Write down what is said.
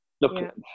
look